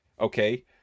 okay